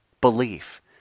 belief